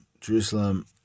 Jerusalem